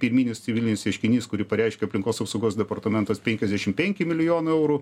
pirminis civilinis ieškinys kurį pareiškė aplinkos apsaugos departamentas penkiasdešim penki milijonai eurų